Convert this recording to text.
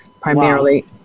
primarily